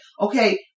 Okay